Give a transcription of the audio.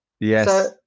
Yes